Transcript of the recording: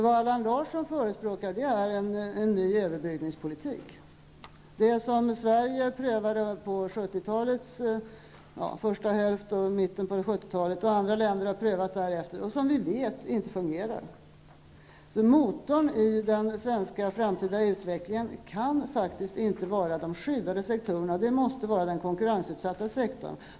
Vad Allan Larsson förespråkar är en ny överbryggningspolitik, en sådan som Sverige prövade i början och mitten av 70-talet och som sedan andra länder har prövat. Vi vet att den inte fungerar. Motorn i den framtida svenska utvecklingen kan faktiskt inte vara de skyddade sektorerna utan måste vara den konkurrensutsatta sektorn.